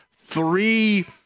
three